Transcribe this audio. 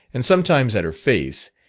and sometimes at her face,